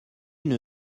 une